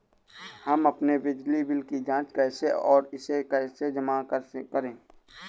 हम अपने बिजली बिल की जाँच कैसे और इसे कैसे जमा करें?